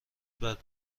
بعد